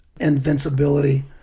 invincibility